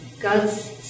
God's